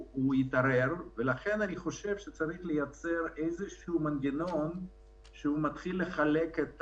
לכן אני חושב שצריך לייצר איזשהו מנגנון שמתחיל לחלק את